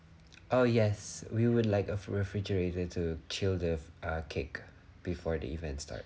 oh yes we would like a fr~ refrigerator to chill the uh cake before the event start